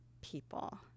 people